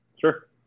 Sure